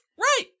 Right